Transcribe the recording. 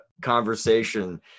conversation